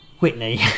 Whitney